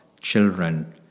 children